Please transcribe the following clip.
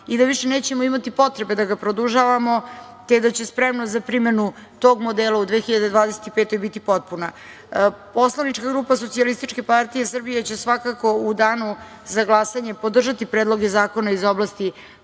i da više nećemo imati potrebe da ga produžavamo, te da će spremnost za primenu tog modela u 2025. godini biti potpuna. Poslanička grupa SPS će svakako u danu za glasanje podržati predloge zakona iz oblasti